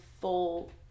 full